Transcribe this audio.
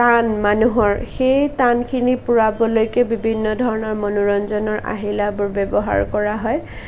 টান মানুহৰ সেই টানখিনি পূৰাবলৈকে বিভিন্ন ধৰণৰ মনোৰঞ্জনৰ আহিলা ব্যৱহাৰ কৰা হয়